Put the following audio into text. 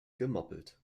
gemoppelt